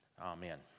Amen